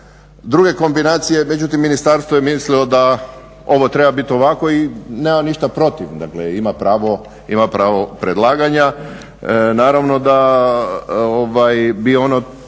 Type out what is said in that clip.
druge kombinacije. Međutim, ministarstvo je mislilo da ovo treba biti ovako i nemam ništa protiv. Dakle, ima pravo predlaganja. Naravno da bi ono